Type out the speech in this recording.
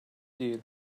değil